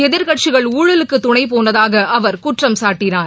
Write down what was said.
எதிர்கட்சிகள் ஊழலுக்கு துணை போனதாக அவர் குற்றம் சாட்டினார்